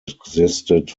existed